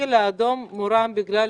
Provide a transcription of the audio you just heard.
הדגל האדום מורם בגלל